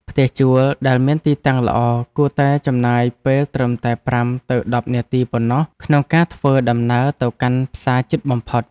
ផ្ទះជួលដែលមានទីតាំងល្អគួរតែចំណាយពេលត្រឹមតែប្រាំទៅដប់នាទីប៉ុណ្ណោះក្នុងការធ្វើដំណើរទៅកាន់ផ្សារជិតបំផុត។